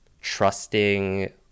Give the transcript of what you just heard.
trusting